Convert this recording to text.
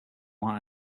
want